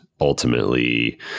ultimately